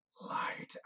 light